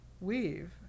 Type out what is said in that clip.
weave